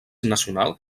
nacional